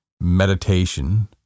meditation